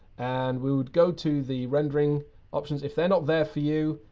and we would go to the rendering options. if they're not there for you,